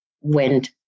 went